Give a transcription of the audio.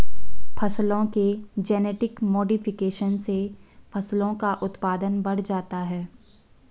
फसलों के genetic modification से फसलों का उत्पादन बढ़ जाता है